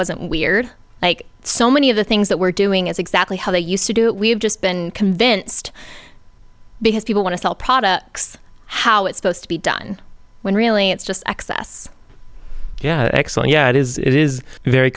wasn't weird like so many of the things that we're doing is exactly how they used to do it we've just been convinced because people want to sell products how it's supposed to be done when really it's just excess yeah exxon yeah it is it is very